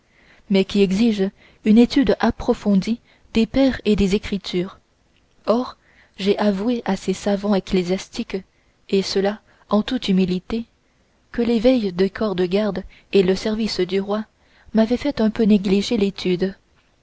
mais qui exige une étude approfondie des pères et des écritures or j'ai avoué à ces savants ecclésiastiques et cela en toute humilité que les veilles des corps de garde et le service du roi m'avaient fait un peu négliger l'étude